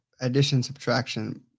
addition-subtraction